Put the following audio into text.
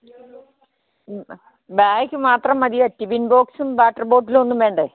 മ്മ് bag മാത്രം മതിയോ tiffin ബോക്സും വാട്ടർ ബോട്ടിലൊന്നും വേണ്ടേ